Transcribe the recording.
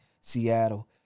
Seattle